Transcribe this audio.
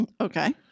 Okay